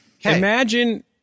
Imagine